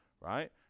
right